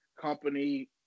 company